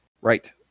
Right